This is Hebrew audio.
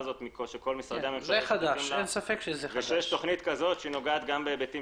של כל משרדי הממשלה זה חדש ושיש תכנית שנוגעת גם בהיבטים